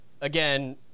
Again